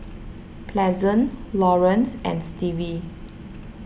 Pleasant Laurence and Stevie